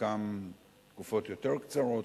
חלקם תקופות יותר קצרות,